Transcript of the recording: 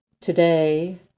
Today